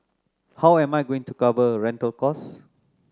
how am I going to cover a rental costs